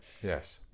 Yes